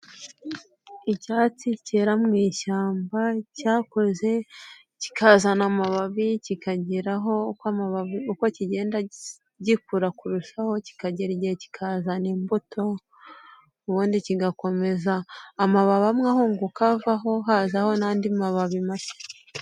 Icyatsi cyera mu ishyamba cyakoze kikazana amababi kikageraho uko kigenda gikura kurushaho kikagera igihe kikazana imbuto ubundi kigakomeza, amababi amwe ahungaka avaho hazaho n'andi mababi mashya.